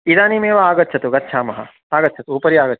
इदानीमेव आगच्छतु गच्छामः आगच्छतु उपरि आगछ